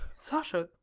sasha,